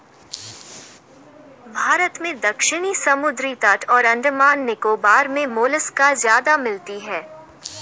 भारत में दक्षिणी समुद्री तट और अंडमान निकोबार मे मोलस्का ज्यादा मिलती है